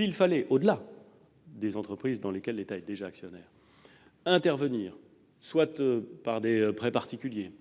intervenir- au-delà des entreprises dans lesquelles l'État est déjà actionnaire -soit par des prêts particuliers,